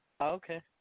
Okay